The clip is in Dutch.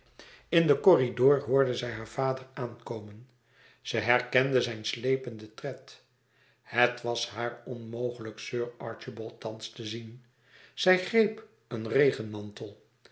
in den corridor hoorde zij haar vader aankomen ze herkende zijn slependen tred het was haar onmogelijk sir archibald thans te zien zij greep een